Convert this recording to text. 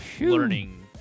learning